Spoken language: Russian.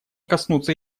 коснуться